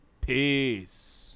Peace